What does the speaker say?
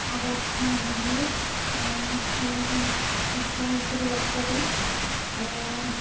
आबाद मावनायनि सायाव जों निदसय डेभ्लप जागोन आरो